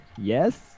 yes